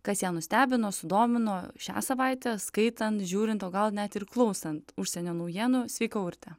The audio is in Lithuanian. kas ją nustebino sudomino šią savaitę skaitant žiūrint o gal net ir klausant užsienio naujienų sveika urte